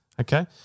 Okay